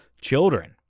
children